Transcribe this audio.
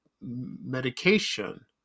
medication